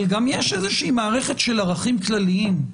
אבל יש גם איזושהי מערכת של ערכים כלליים.